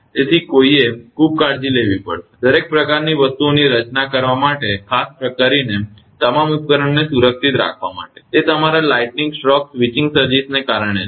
તેથી કોઈએ ખૂબ કાળજી લેવી પડશે દરેક પ્રકારની વસ્તુઓની રચના કરવા માટે ખાસ કરીને તમામ ઉપકરણોને સુરક્ષિત રાખવા માટે તે તમારા લાઇટનીંગ સ્ટ્રોક સ્વિચિંગ સર્જિસ વગેરેને કારણે છે